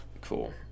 cool